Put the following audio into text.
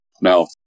Now